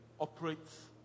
Operates